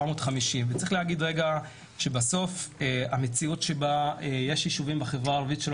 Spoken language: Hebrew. צריך להגיד שבסוף מציאות שבה יש יישובים בחברה הערבית שלא